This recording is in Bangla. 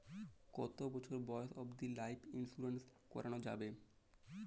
কতো বছর বয়স অব্দি লাইফ ইন্সুরেন্স করানো যাবে?